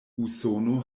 usono